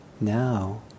now